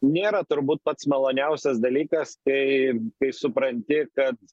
nėra turbūt pats maloniausias dalykas kai kai supranti kad